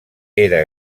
era